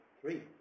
three